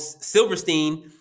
Silverstein